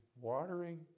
watering